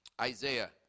Isaiah